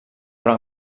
però